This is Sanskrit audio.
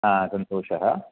आ सन्तोषः